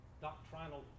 doctrinal